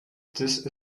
this